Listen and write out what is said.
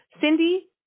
Cindy